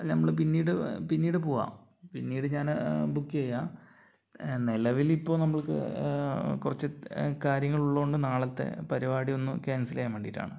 അല്ല നമ്മൾ പിന്നീട് പിന്നീട് പോകാം പിന്നീട് ഞാൻ ബുക്ക് ചെയ്യാം നിലവിലിപ്പോൾ നമ്മൾക്ക് കുറച്ച് കാര്യങ്ങളുള്ളതുകൊണ്ട് നാളത്തെ പരിപാടിയൊന്ന് ക്യാൻസൽ ചെയ്യാൻ വേണ്ടിയിട്ടാണ്